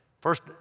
first